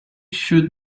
should